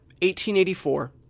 1884